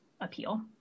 appeal